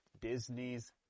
Disney's